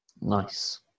Nice